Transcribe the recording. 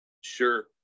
Sure